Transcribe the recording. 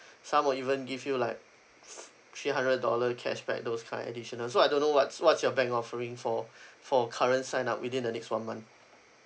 some will even give you like f~ three hundred dollar cashback those kind additional so I don't know what's what's your bank offering for for current sign up within the next one month